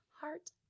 heart